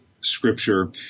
Scripture